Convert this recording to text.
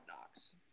Knocks